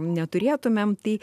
neturėtumėm tai